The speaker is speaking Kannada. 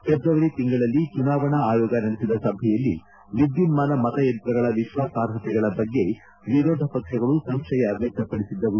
ಫೆಬ್ರವರಿ ತಿಂಗಳಲ್ಲಿ ಚುನಾವಣಾ ಆಯೋಗ ನಡೆಸಿದ ಸಭೆಯಲ್ಲಿ ವಿದ್ಯುನ್ಮಾನ ಮತಯಂತ್ರಗಳ ವಿಶ್ವಾಸಾರ್ಪತೆಗಳ ಬಗ್ಗೆ ವಿರೋಧ ಪಕ್ಷಗಳು ಸಂಶಯ ವ್ಚಕ್ತಪಡಿಸಿದ್ದವು